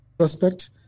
suspect